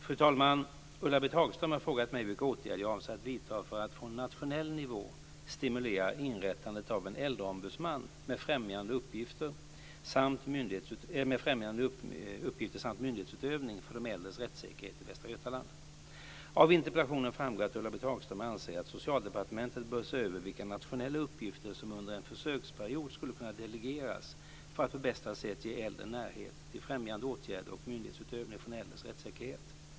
Fru talman! Ulla-Britt Hagström har frågat mig vilka åtgärder jag avser att vidta för att från nationell nivå stimulera inrättandet av en äldreombudsman med främjande uppgifter samt myndighetsutövning för de äldres rättssäkerhet i Västra Götaland. Hagström anser att Socialdepartementet bör se över vilka nationella uppgifter som under en försöksperiod skulle kunna delegeras för att på bästa sätt ge äldre närhet till främjande åtgärder och myndighetsutövning för den äldres rättssäkerhet.